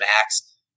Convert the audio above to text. max